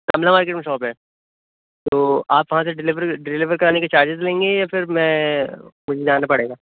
Kamla market میں shop ہے تو آپ وہاں سے ڈلیور ڈلیور کرانے کے چارجز لیں گے یا پھر میں مجھے جانا پڑے گا